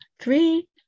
three